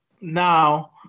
now